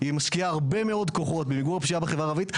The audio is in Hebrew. היא משקיעה הרבה מאוד כוחות למיגור הפשיעה בחברה הערבית.